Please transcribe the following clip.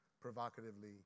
provocatively